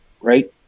right